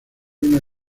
una